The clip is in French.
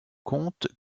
conte